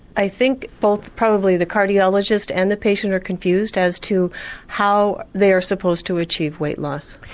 i think both probably the cardiologist and the patient are confused as to how they're supposed to achieve weight loss.